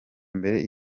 mbere